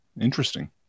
Interesting